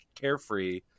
carefree